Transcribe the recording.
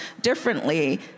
differently